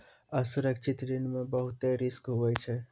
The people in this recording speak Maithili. असुरक्षित ऋण मे बहुते रिस्क हुवै छै